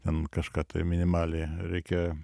ten kažką tai minimaliai reikia